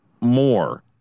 more